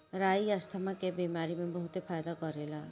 राई asthma के बेमारी में बहुते फायदा करेला